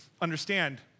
Understand